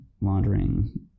laundering